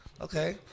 okay